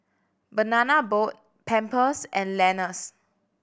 Banana Boat Pampers and Lenas